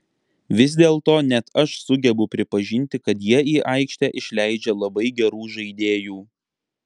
vis dėlto net aš sugebu pripažinti kad jie į aikštę išleidžia labai gerų žaidėjų